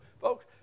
Folks